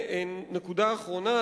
נקודה אחרונה,